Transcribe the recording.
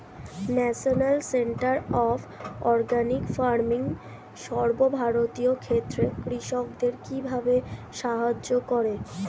National center of organic farming সর্বভারতীয় ক্ষেত্রে কৃষকদের কিভাবে সাহায্য করে?